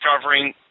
covering